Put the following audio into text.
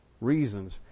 reasons